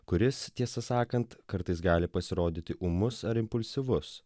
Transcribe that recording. kuris tiesą sakant kartais gali pasirodyti ūmus ar impulsyvus